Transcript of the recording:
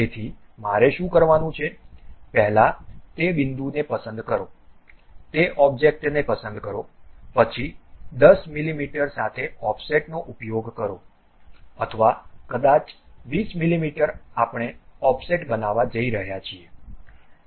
તેથી મારે શું કરવાનું છે પહેલા તે બિંદુને પસંદ કરો તે ઑબ્જેક્ટને પસંદ કરો પછી 10 મીમી સાથે ઓફસેટનો ઉપયોગ કરો અથવા કદાચ 20 મીમી આપણે ઓફસેટ બનાવા જઈ રહ્યા છીએ